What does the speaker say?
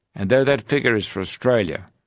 and though that figure is for australia,